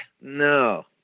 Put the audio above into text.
No